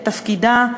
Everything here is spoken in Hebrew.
שתפקידה,